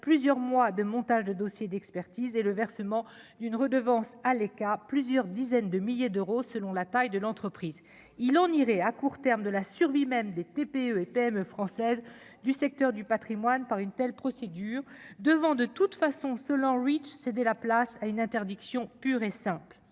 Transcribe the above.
plusieurs mois de montage de dossiers d'expertise et le versement d'une redevance à cas plusieurs dizaines de milliers d'euros selon la taille de l'entreprise, il en irait à court terme de la survie même des TPE et PME françaises du secteur du Patrimoine par une telle procédure devant de toute façon, selon which céder la place à une interdiction pure et simple,